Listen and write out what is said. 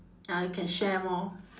ah you can share more